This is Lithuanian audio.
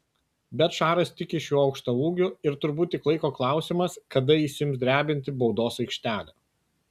bet šaras tiki šiuo aukštaūgiu ir turbūt tik laiko klausimas kada jis ims drebinti baudos aikštelę